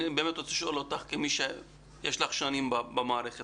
אני רוצה לשאול אותך כמי שנמצאת שנים במערכת